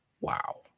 wow